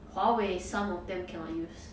huawei some of them cannot use